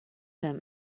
him